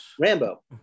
rambo